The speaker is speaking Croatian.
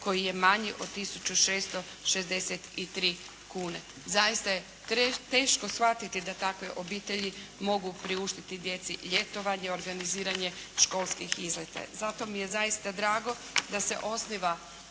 koji je manje od 1.663 kune. Zaista je teško shvatiti da takve obitelji mogu priuštiti djeci ljetovanje, organiziranje školskih izleta. Zato mi je zaista drago da se osniva